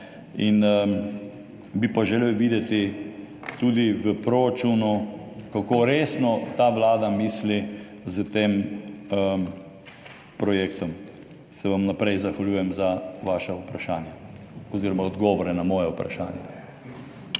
in bi želel videti tudi v proračunu, kako resno ta vlada misli s tem projektom. Se vam v naprej zahvaljujem za vaše odgovore na moja vprašanja.